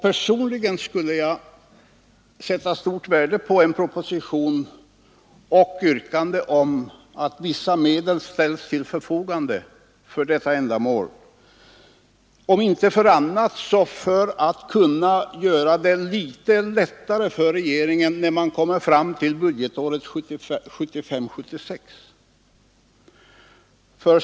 Personligen skulle jag sätta stort värde på en proposition med förslag om att vissa medel ställs till förfogande för detta ändamål — om inte för annat så för att kunna göra det litet lättare för regeringen när man kommer fram till budgetåret 1975/76.